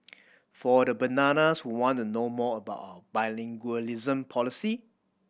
for the bananas who want to know more about bilingualism policy